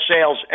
sales